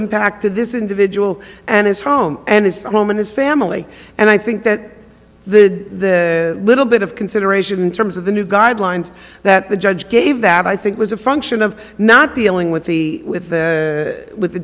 impact of this individual and his home and his home and his family and i think that the little bit of consideration in terms of the new guidelines that the judge gave that i think was a function of not dealing with the with the with the